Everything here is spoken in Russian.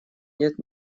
нет